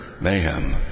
mayhem